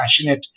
passionate